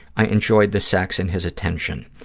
i enjoyed the sex and his attention.